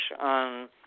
on